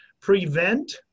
Prevent